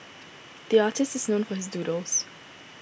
the artist is known for his doodles